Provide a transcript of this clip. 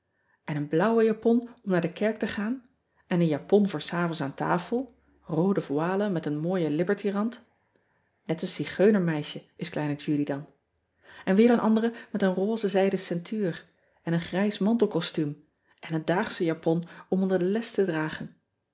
en een blauwe japon om naar de kerk te gaan en een japon voor s avonds aan tafel roode voile met een mooien iberty rand net een igeunermeisje is kleine udy dan en weer een andere met een roze zijden ceintuur en een grijs mantelcostuum en een daagsche japon om onder de les te dragen